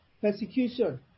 persecution